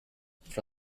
for